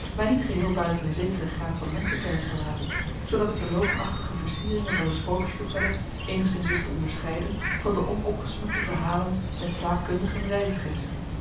mij niet geheel buiten een zekeren graad van menschenkennis gelaten zoodat ik de logenachtige versieringen van den sprookjesverteller eenigszins wist te onderscheiden van de onopgesmukte verhalen des zaakkundigen reizigers